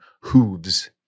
hooves